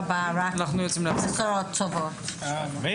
14:01.